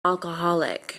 alcoholic